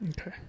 okay